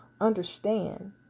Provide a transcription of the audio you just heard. understand